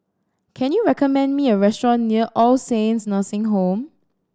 can you recommend me a restaurant near All Saints Nursing Home